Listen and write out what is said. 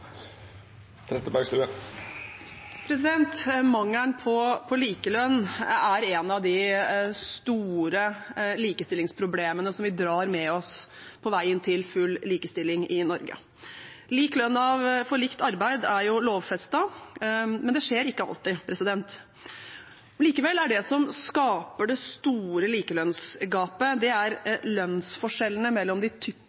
3 minutt. Mangelen på likelønn er et av de store likestillingsproblemene som vi drar med oss på veien til full likestilling i Norge. Lik lønn for likt arbeid er jo lovfestet, men det skjer ikke alltid. Likevel er det som skaper det store likelønnsgapet,